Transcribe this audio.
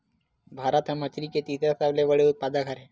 भारत हा मछरी के तीसरा सबले बड़े उत्पादक हरे